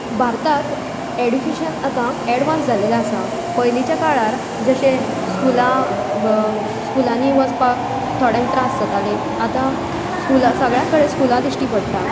भारतांत एड्युकेशन आतां एडवान्स जालेलें आसा पयलींच्या काळार जशें स्कुलां स्कुलांनी वचपाक थोड्यांक त्रास जाताले आतां सगळ्या कडेन स्कुलां दिश्टी पडटा